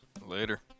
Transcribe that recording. Later